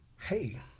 hey